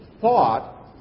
thought